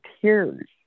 tears